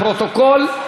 אז לפרוטוקול: